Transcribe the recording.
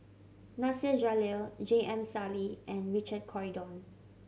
Nasir Jalil J M Sali and Richard Corridon